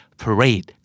parade